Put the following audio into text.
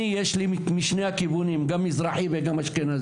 לי יש משני הכיוונים גם מזרחי וגם אשכנזייה.